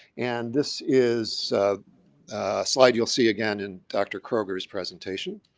and this is a slide you'll see again in dr. kroger's presentation.